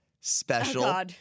special